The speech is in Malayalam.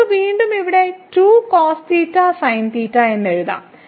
നമുക്ക് വീണ്ടും ഇവിടെ എന്ന് എഴുതാം